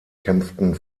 kämpften